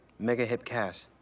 make a hip cast,